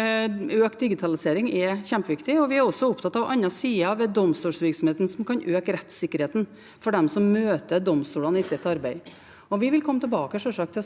Økt digitalisering er kjempeviktig. Vi er også opptatt av andre sider ved domstolsvirksomheten som kan øke rettssikkerheten for dem som møter domstolene i sitt arbeid. Vi vil sjølsagt